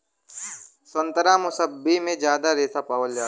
संतरा मुसब्बी में जादा रेशा पावल जाला